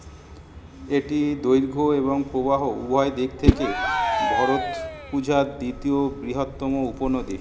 এটি দৈর্ঘ্য এবং প্রবাহ উভয় দিক থেকে ভরতপুঝার দ্বিতীয় বৃহত্তম উপনদী